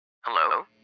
Hello